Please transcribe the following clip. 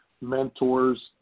mentors